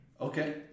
Okay